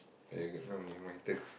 very good no me my turn